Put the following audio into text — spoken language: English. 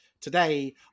Today